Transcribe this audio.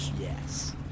Yes